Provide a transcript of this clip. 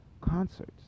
concerts